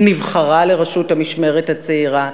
היא נבחרה לראשות "המשמרת הצעירה".